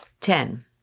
Ten